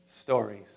stories